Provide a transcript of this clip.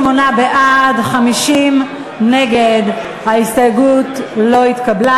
נגד, 50. ההסתייגות לא התקבלה.